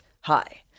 hi